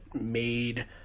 made